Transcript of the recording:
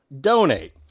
donate